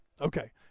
Okay